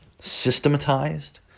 systematized